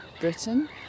Britain